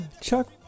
Chuck